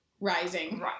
Rising